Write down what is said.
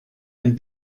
den